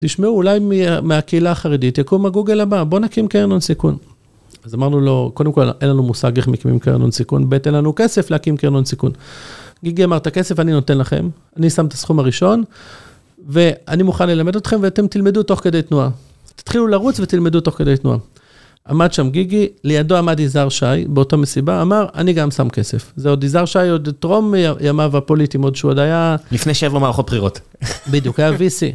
תשמעו, אולי מה... מהקהילה החרדית יקום הגוגל הבא, בוא נקים קרן הון סיכון. אז אמרנו לו, קודם כל אין לנו מושג איך מקימים קרן הון סיכון. בי"ת, אין לנו כסף להקים קרן הון סיכון. גיגי אמר, את הכסף אני נותן לכם, אני שם את הסכום הראשון, ואני מוכן ללמד אתכם, ואתם תלמדו תוך כדי תנועה. תתחילו לרוץ ותלמדו תוך כדי תנועה. עמד שם גיגי, לידו עמד יזהר שי, באותה מסיבה, אמר, אני גם שם כסף. זה עוד יזהר שי, עוד טרום ימיו הפוליטיים, עוד שהוא עוד היה... -לפני שבע מערכות בחירות. -בדיוק, היה VC.